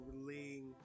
relaying